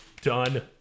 Done